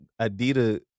Adidas